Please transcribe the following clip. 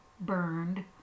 burned